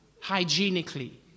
hygienically